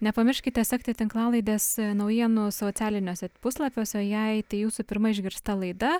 nepamirškite sekti tinklalaidės naujienų socialiniuose puslapiuose o jei tai jūsų pirma išgirsta laida